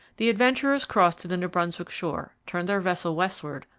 the adventurers crossed to the new brunswick shore, turned their vessel westward,